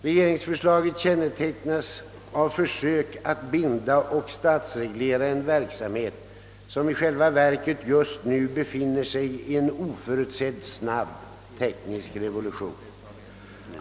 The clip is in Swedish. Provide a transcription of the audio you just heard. Regeringsförslaget kännetecknas av ett försök att binda och statsreglera en verksamhet som i själva verket just nu befinner sig i en oförutsett snabb teknisk revolution.